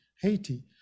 Haiti